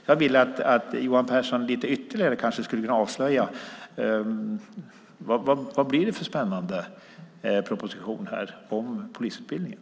Jag vill att Johan Pehrson avslöjar vad det blir för spännande proposition om polisutbildningen.